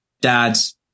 dad's